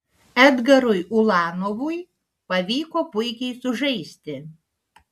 edgarui ulanovui pavyko puikiai sužaisti